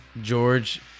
george